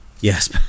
Yes